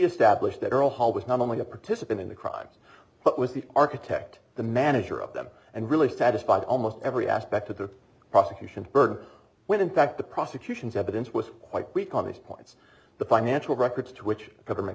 established that girl hall was not only a participant in the crimes but was the architect the manager of them and really satisfied almost every aspect of the prosecution burden when in fact the prosecution's evidence was quite weak on these points the financial records to which the government